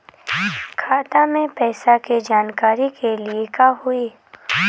खाता मे पैसा के जानकारी के लिए का होई?